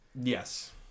Yes